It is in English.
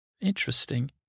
interesting